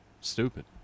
stupid